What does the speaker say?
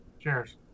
cheers